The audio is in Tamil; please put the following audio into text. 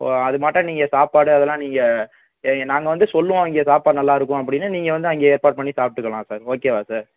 ஓ அதுமாட்டம் நீங்கள் சாப்பாடு அதெலாம் நீங்கள் எ நாங்கள் வந்து சொல்லுவோம் இங்கே சாப்பாடு நல்லாருக்கும் அப்படின்னு நீங்கள் வந்து அங்கே ஏற்பாடு பண்ணி சாப்பிட்டுக்கலாம் சார் ஓகேவா சார்